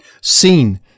seen